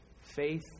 faith